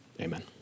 Amen